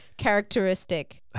Characteristic